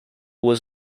was